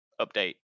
update